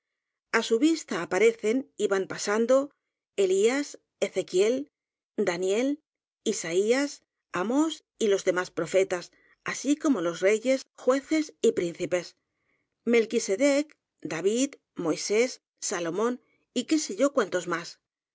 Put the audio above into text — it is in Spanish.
creces a su vista aparecen y van pasando elias ezequiel daniel isaías amos y los demás profetas así como los reyes jueces y príncipes melquicedec david moisés salomón y qué sé yo cuántos más